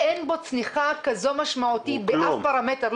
אין בו צניחה כזו משמעותית באף פרמטר.